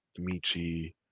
Michi